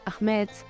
Ahmed